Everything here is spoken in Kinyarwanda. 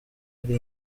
ari